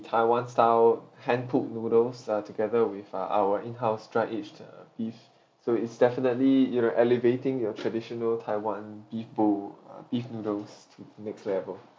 taiwan style hand pulled noodles ah together with uh our in house dry aged uh beef so it's definitely you know elevating your traditional taiwan beef bowl uh beef noodles to the next level